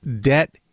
debt